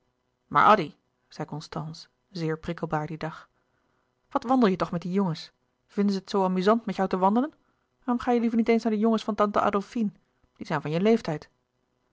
maar addy zei constance zeer prikkelbaar dien dag wat wandel je toch met die jongens vinden ze het zoo amuzant met jou te wandelen waarom ga je liever niet eens naar de jongens van tante adolfine die zijn van je leeftijd